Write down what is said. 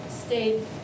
stayed